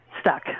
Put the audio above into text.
stuck